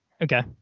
Okay